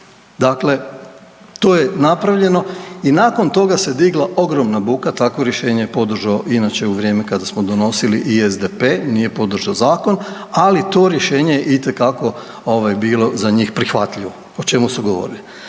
Dakle, to je napravljeno i nakon toga se digla ogromna buka, takvo rješenje je podržao inače u vrijeme kada smo donosili i SDP, nije podržao zakon, ali to rješenje je itekako ovaj bilo za njih prihvatljivo, o čemu su govorili.